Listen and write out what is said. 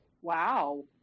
Wow